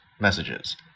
messages